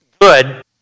good